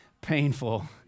painful